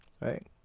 Right